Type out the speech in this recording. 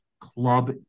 club